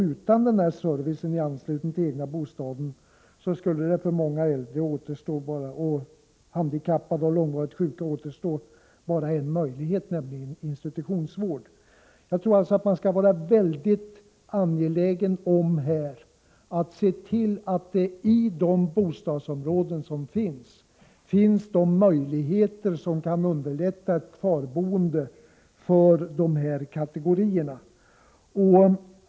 Utan den servicen i anslutning till den egna bostaden skulle det för många äldre, handikappade och långvarigt sjuka återstå bara en möjlighet, nämligen institutionsvård. Jag tror alltså att man skall vara mycket angelägen att se till att det i bostadsområdena finns sådana möjligheter som kan underlätta ett kvarboende för de här kategorierna.